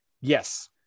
Yes